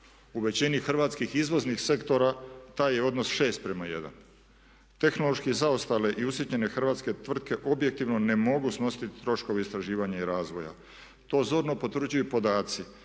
U većini hrvatskih izvoznih sektora taj je odnos 6 prema 1. Tehnološki zaostale i usitnjene hrvatske tvrtke objektivno ne mogu snositi troškove istraživanja i razvoja. To zorno potvrđuju podaci